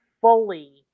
fully